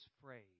phrase